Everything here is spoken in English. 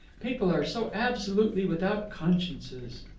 people are so absolutely without consciences.